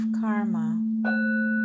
karma